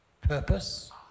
purpose